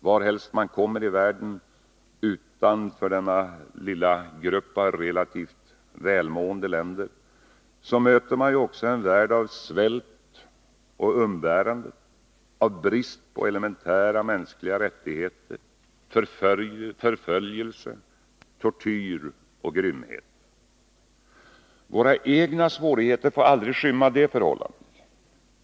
Var helst man kommer i världen utanför denna lilla grupp av relativt välmående länder möter man ju också en värld av svält och umbäranden, brist på elementära mänskliga rättigheter, samt förföljelse, tortyr och grymhet. Våra egna svårigheter får aldrig skymma det förhållandet.